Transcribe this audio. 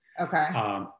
Okay